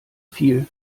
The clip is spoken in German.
viel